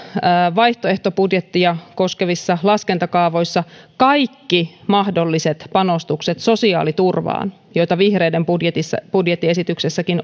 vaihtoehtobudjettia koskevissa laskentakaavoissa kaikki mahdolliset panostukset sosiaaliturvaan joita vihreiden budjettiesityksessäkin